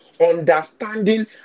understanding